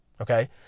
Okay